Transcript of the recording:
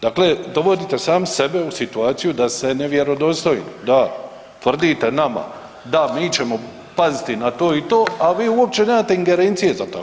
Dakle, dovodite sami sebe u situaciju da se nevjerodostoji, da tvrdite nama da mi ćemo paziti na to i to, a vi uopće nemate ingerencije za tako nešto.